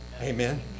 Amen